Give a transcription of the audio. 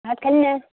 ভাত খালি নাই